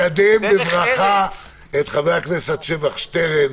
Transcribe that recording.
-- לקדם בברכה את חבר הכנסת שבח שטרן.